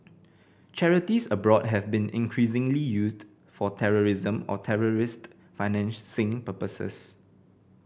charities abroad have been increasingly used for terrorism or terrorist financing purposes